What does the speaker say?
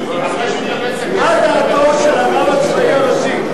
מה דעתו של הרב הצבאי הראשי,